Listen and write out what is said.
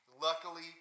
Luckily